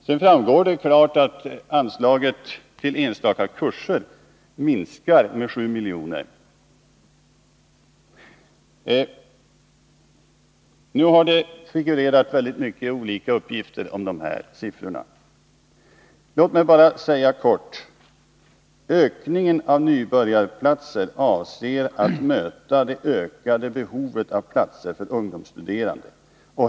Det framgår klart att anslaget till enstaka kurser minskar med 7 miljoner. Det har figurerat olika uppgifter på denna punkt. Låt mig bara säga kort: Ökningen av nybörjarplatser avser att möta det ökade behovet av platser för ungdomsstuderande.